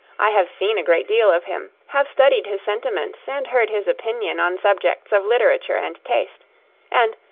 i have seen a great deal of him, have studied his sentiments and heard his opinion on subjects of literature and taste and,